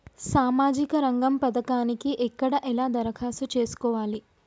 సామాజిక రంగం పథకానికి ఎక్కడ ఎలా దరఖాస్తు చేసుకోవాలి?